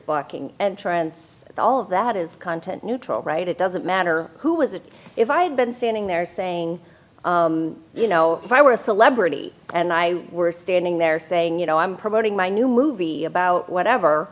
blocking entrance all of that is content neutral right it doesn't matter who is it if i had been standing there saying you know if i were a celebrity and i were standing there saying you know i'm promoting my new movie about whatever